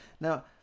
Now